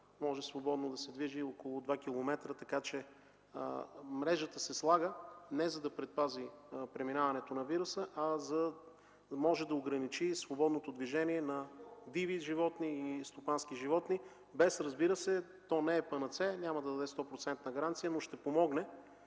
може свободно да се движи около 2 километра. Мрежата се слага, не за да предпази преминаването на вируса, а за да може да ограничи свободното движение на диви и стопански животни. То не е панацея, няма да даде 100-процентна гаранция, но ще помогне